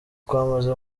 kwamaze